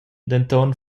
denton